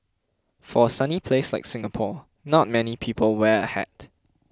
for a sunny place like Singapore not many people wear a hat